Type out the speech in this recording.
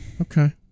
Okay